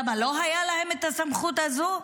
לא הייתה להם הסמכות הזו?